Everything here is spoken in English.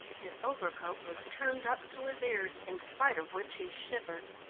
his overcoat was turned up to his ears, in spite of which he shivered.